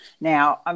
Now